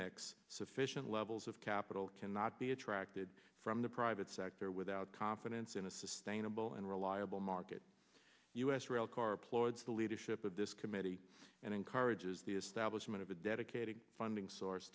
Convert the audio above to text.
mix sufficient levels of capital cannot be attracted from the private sector with out confidence in a sustainable and reliable market u s rail car applauds the leadership of this committee and encourages the establishment of a dedicated funding source